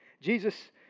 Jesus